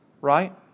right